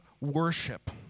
worship